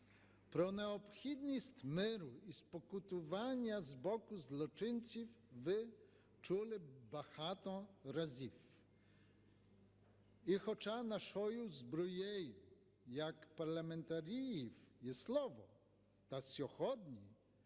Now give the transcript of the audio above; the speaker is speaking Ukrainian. Про необхідність миру і спокутування з боку злочинців ви чули багато разів. І хоча нашою зброєю як парламентарів є слово, та сьогодні,